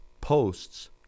Posts